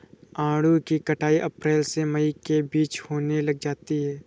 आड़ू की कटाई अप्रैल से मई के बीच होने लग जाती है